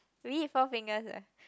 we eat Four Fingers ah